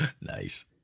Nice